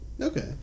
Okay